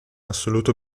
assoluto